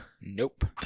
Nope